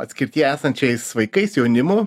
atskirtyje esančiais vaikais jaunimu